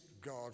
God